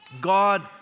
God